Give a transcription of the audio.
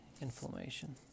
inflammation